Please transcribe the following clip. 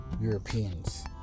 Europeans